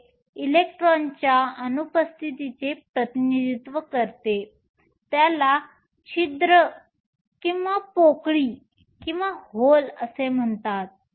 हे इलेक्ट्रॉनच्या अनुपस्थितीचे प्रतिनिधित्व करते त्याला छिद्रपोकळी म्हणतात